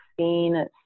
seen